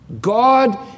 God